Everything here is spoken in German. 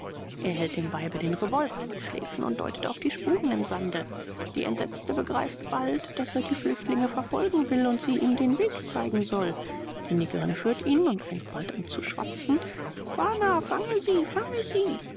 er hält dem weibe den revolver an die schläfen und deutet auf die spuren im sande die entsetzte begreift bald daß er die flüchtlinge verfolgen will und sie ihm den weg zeigen soll die negerin führt ihn und fängt bald an zu schwatzen bana fange sie fange sie